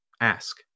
Ask